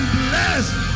blessed